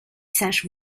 sache